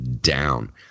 down